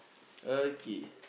okay